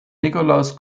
nikolaus